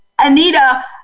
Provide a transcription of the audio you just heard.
Anita